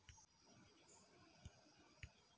ದುಡ್ಡಿನ ವಿಷಯ ಆಡಿಟರ್ ನೋಡ್ಕೊತನ